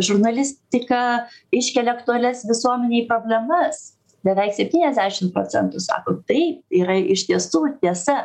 žurnalistika iškelia aktualias visuomenei problemas beveik septyniasdešim procentų sako taip yra iš tiesų tiesa